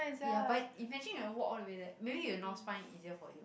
ya but imagine you have to walk all the way there maybe you North Spine easier for you